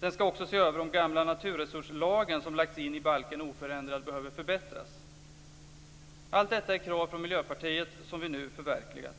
Den skall också se över om den gamla naturresurslagen, som har lagts in i balken oförändrad, behöver förbättras. Allt detta är krav från Miljöpartiet som vi nu förverkligat.